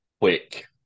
quick –